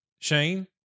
Shane